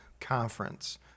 conference